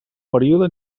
període